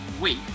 wait